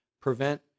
prevent